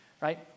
right